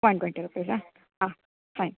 one twenty ರುಪಿಸಾ ಹಾಂ fine